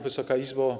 Wysoka Izbo!